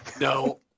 No